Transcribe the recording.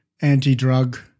anti-drug